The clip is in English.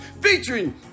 featuring